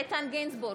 איתן גינזבורג,